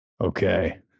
Okay